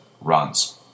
runs